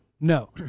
No